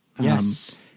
Yes